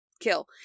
kill